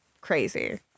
crazy